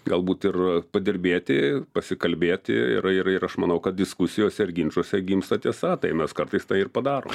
galbūt ir padirbėti pasikalbėti ir ir ir aš manau kad diskusijose ir ginčuose gimsta tiesa tai mes kartais tą ir padarom